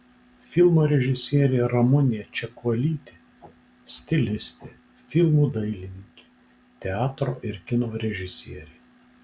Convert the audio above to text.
filmo režisierė ramunė čekuolytė stilistė filmų dailininkė teatro ir kino režisierė